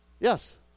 Yes